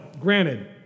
granted